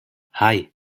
hei